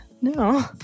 No